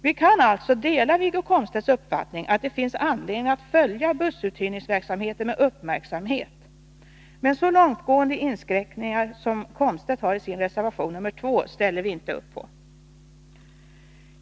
Vi kan alltså dela Wiggo Komstedts uppfattning att det finns anledning att följa bussuthyrningsverksamheten med uppmärksamhet, men så långtgående inskränkningar som Komstedt har i sin reservation nr 2 ställer vi inte upp på.